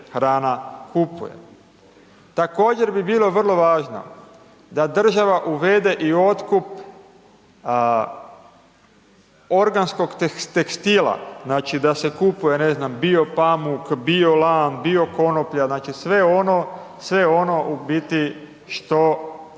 hrana kupuje. Također bi bilo vrlo važno, da država uvede i otkup organskog tekstila, znači da se kupuje bio pamuk, bio lan bio konoplja, znači sve ono u biti što